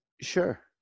Sure